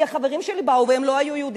כי החברים שלי באו, והם לא היו יהודים.